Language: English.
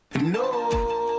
No